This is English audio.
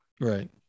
Right